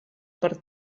per